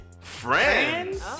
Friends